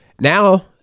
now